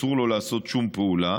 אסור לו לעשות שום פעולה,